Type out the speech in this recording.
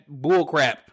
bullcrap